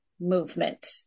movement